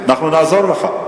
על החזון,